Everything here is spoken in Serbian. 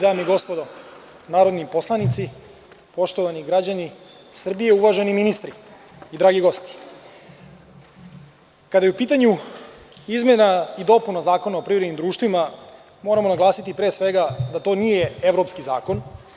Dame i gospodo narodni poslanici, poštovani građani Srbije, uvaženi ministri i dragi gosti, kada je u pitanju izmena i dopuna Zakona o privrednim društvima, moramo naglasiti pre svega da to nije evropski zakon.